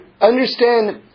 understand